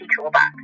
toolbox